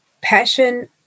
passion